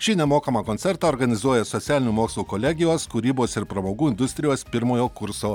šį nemokamą koncertą organizuoja socialinių mokslų kolegijos kūrybos ir pramogų industrijos pirmojo kurso